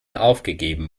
aufgegeben